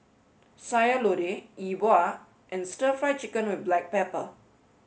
Sayur Lodeh E Bua and Stir Fry Chicken with Black Pepper